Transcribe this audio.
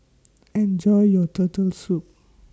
Enjoy your Turtle Soup